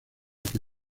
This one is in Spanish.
que